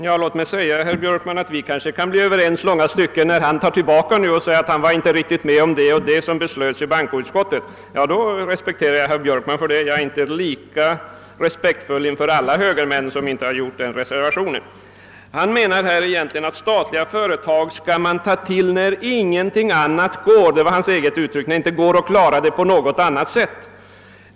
Herr talman! Herr Björkman och jag kanske kan bli överens i långa stycken, när han nu tar tillbaka och säger att han inte var med om allt som beslöts i bankoutskottet. Det respekterar jag berr Björkman för. Jag känner mig inte lika respektfull gentemot de högermän som inte har gjort den reservationen. Herr Björkman menar att statliga företag skall inrättas när det inte går att klara sysselsättningen på annat sätt.